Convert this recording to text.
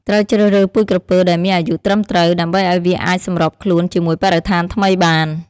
ត្រូវជ្រើសរើសពូជក្រពើដែលមានអាយុត្រឹមត្រូវ ដើម្បីឲ្យវាអាចសម្របខ្លួនជាមួយបរិស្ថានថ្មីបាន។